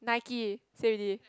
Nike say already